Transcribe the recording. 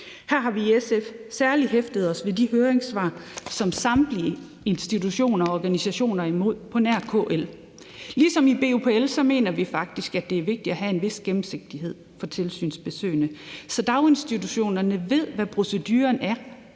Her har vi i SF's særlig hæftet os ved de høringssvar, hvor samtlige institutioner og organisationer er imod på nær KL. Ligesom i BUPL mener vi faktisk, det er vigtigt at have en vis gennemsigtighed i tilsynsbesøgene, så daginstitutionerne ved, hvordan proceduren er,